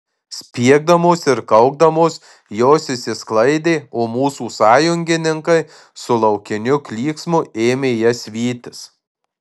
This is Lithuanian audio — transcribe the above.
spiegdamos ir kaukdamos jos išsisklaidė o mūsų sąjungininkai su laukiniu klyksmu ėmė jas vytis